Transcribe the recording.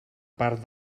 part